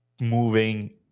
moving